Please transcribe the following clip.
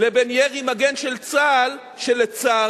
לבין ירי מגן של צה"ל שלצערנו,